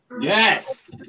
Yes